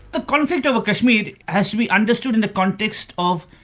the conflict over kashmir has to be understood in the context of,